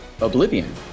Oblivion